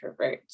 introverts